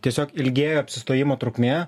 tiesiog ilgėjo apsistojimo trukmė